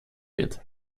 wird